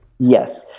Yes